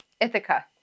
Ithaca